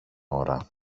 ώρα